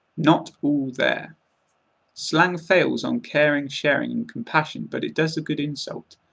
not all there slang fails on caring, sharing and compassion but it does a good insult.